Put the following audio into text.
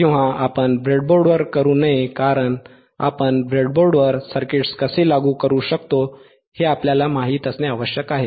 किंवा आपण ब्रेडबोर्डवर करू नये कारण आपण ब्रेडबोर्डवर सर्किट्स कसे लागू करू शकतो हे आपल्याला माहित असणे आवश्यक आहे